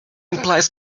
implies